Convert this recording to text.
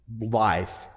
life